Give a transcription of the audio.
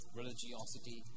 religiosity